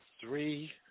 Three